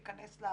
והייתם נקיים מה'